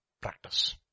practice